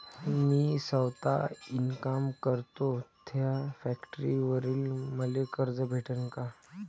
मी सौता इनकाम करतो थ्या फॅक्टरीवर मले कर्ज भेटन का?